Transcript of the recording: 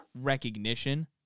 recognition